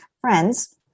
friends